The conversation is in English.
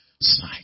sight